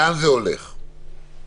אין שום הבחנה בין מצב התחלואה לבין פתיחה.